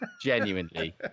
genuinely